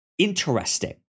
interesting